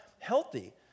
Healthy